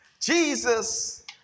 Jesus